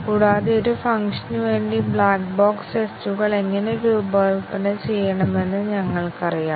കൂടാതെ ഒരു ഫംഗ്ഷനു വേണ്ടി ബ്ലാക്ക് ബോക്സ് ടെസ്റ്റുകൾ എങ്ങനെ രൂപകൽപ്പന ചെയ്യണമെന്ന് ഞങ്ങൾക്കറിയാം